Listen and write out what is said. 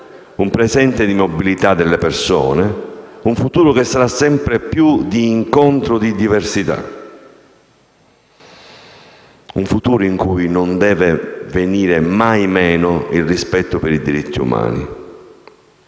un presente di mobilità delle persone e un futuro che sarà sempre più di incontro di diversità; un futuro in cui non deve venire mai meno il rispetto per i diritti umani.